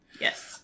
Yes